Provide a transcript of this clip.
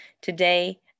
today